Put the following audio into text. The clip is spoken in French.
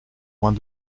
point